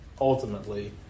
ultimately